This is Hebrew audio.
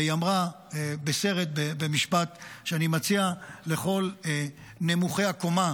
והיא אמרה בסרט משפט שאני מציע לכל נמוכי הקומה,